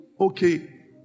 okay